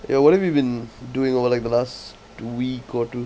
yo what have you been doing over like the last week or two